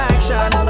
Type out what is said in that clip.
Action